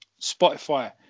Spotify